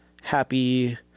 happy